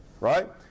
right